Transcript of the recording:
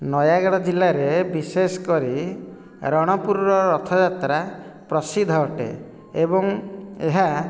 ନୟାଗଡ଼ ଜିଲ୍ଲାରେ ବିଶେଷ କରି ରଣପୁରର ରଥଯାତ୍ରା ପ୍ରସିଦ୍ଧ ଅଟେ ଏବଂ ଏହା